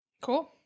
cool